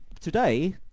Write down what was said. today